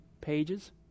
pages